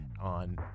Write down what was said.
on